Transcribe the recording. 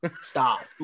Stop